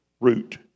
root